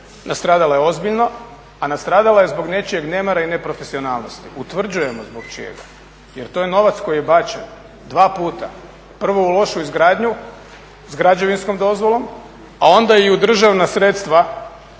nastradala je ozbiljno, a nastradala je zbog nečijeg nemara i neprofesionalnosti. Utvrđujemo čijeg jer to je novac koji je bačen dva puta. Prvo u lošu izgradnju s građevinskom dozvolom, a onda i u državna sredstva,